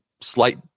slight